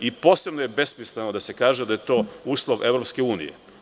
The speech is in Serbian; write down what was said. Posebno je besmisleno da se kaže da je to uslov EU.